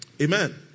Amen